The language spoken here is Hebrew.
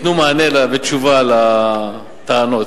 ייתנו מענה ותשובה לטענות.